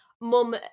mum